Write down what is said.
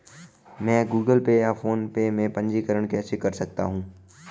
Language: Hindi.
मैं गूगल पे या फोनपे में पंजीकरण कैसे कर सकता हूँ?